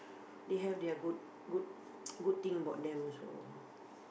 they have their good good thing about them also